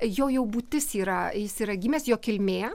jo jau būtis yra jis yra gimęs jo kilmė